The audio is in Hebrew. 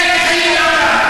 אני הבאתי חיים לעולם.